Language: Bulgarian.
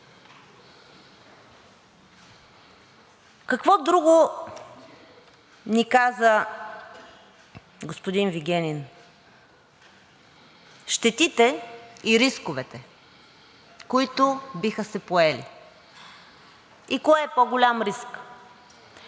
Какво друго ни каза господин Вигенин? Щетите и рисковете, които биха се поели и кое е по-голям риск.